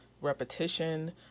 repetition